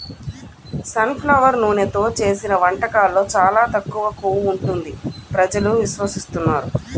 sun flower నూనెతో చేసిన వంటకాల్లో చాలా తక్కువ కొవ్వు ఉంటుంది ప్రజలు విశ్వసిస్తున్నారు